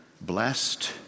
Blessed